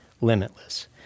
limitless